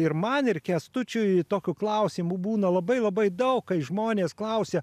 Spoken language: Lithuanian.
ir man ir kęstučiui tokių klausimų būna labai labai daug kai žmonės klausia